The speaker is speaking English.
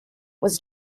was